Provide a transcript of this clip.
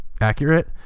accurate